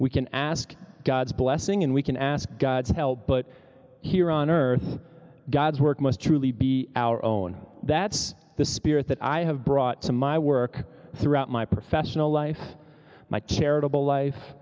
we can ask god's blessing and we can ask god's help but here on earth god's work must truly be our own that's the spirit that i have brought to my work throughout my professional life my charitable life